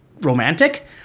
romantic